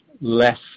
less